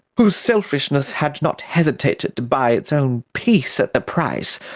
whose selfishness had not hesitated to buy its own peace at the price,